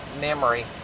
memory